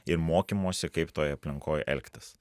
ir mokymosi kaip toj aplinkoj elgtis